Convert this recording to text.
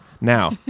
Now